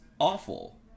awful